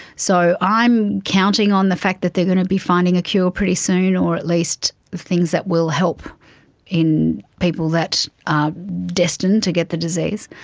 so i'm counting on the fact that they are going to be finding a cure pretty soon or at least things that will help in people that are destined to get the disease.